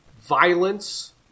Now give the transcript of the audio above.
violence